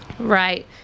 right